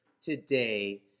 today